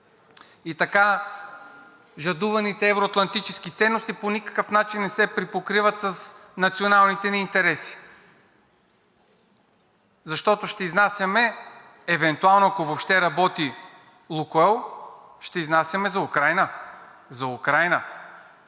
Така жадуваните евро-атлантически ценности по никакъв начин не се припокриват с националните ни интереси. Защото ще изнасяме евентуално, ако въобще работи „Лукойл“, ще изнасяме за Украйна. За Украйна!